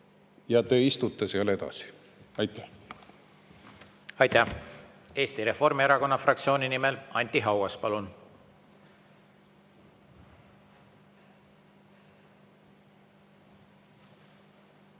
ja te istute seal edasi. Aitäh! Aitäh! Eesti Reformierakonna fraktsiooni nimel Anti Haugas, palun!